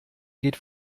geht